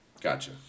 gotcha